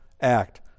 Act